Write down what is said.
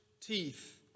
teeth